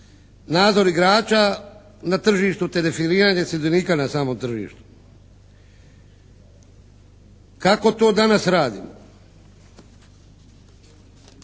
nadzor igrača na tržištu te defiliranje sudionica na samom tržištu. Kako to danas radimo?